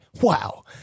wow